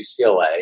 UCLA